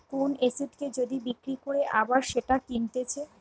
কোন এসেটকে যদি বিক্রি করে আবার সেটা কিনতেছে